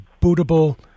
bootable